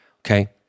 okay